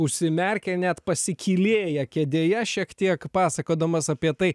užsimerkiam net pasikylėja kėdėje šiek tiek pasakodamas apie tai